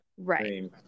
Right